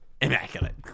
Immaculate